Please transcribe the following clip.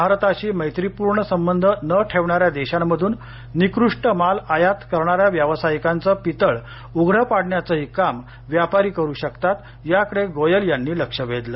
भारताशी मैत्रीपूर्ण संबंध न ठेवणाऱ्या देशांमधून निकृष्ट माल आयात करणाऱ्या व्यवसायिकांचं पितळ उघडं पाडण्याचंही काम व्यापारी करु शकतात याकडे गोयल यांनी लक्ष वेधलं